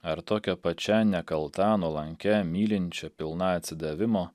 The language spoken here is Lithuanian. ar tokia pačia nekalta nuolankia mylinčia pilna atsidavimo